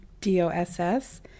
d-o-s-s